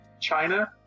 China